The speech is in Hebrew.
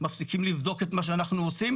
מפסיקים לבדוק את מה שאנחנו עושים,